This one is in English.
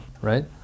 right